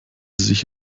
sich